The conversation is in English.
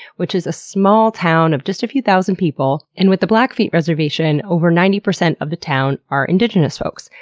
which is a small town of just a few thousand people. and with the blackfeet reservation, over ninety percent of the town are indigenous folks.